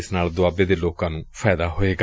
ਜਿਸ ਨਾਲ ਦੁਆਬੇ ਦੇ ਲੋਕਾਂ ਨੂੰ ਫਾਇਦਾ ਹੋਵੇਗਾ